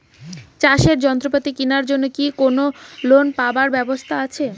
চাষের যন্ত্রপাতি কিনিবার জন্য কি কোনো লোন পাবার ব্যবস্থা আসে?